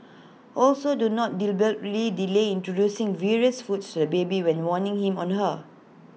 also do not deliberately delay introducing various foods to the baby when warning him on her